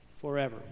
forever